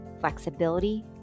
flexibility